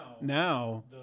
now